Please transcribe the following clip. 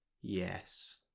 Yes